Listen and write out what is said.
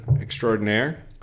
extraordinaire